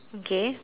okay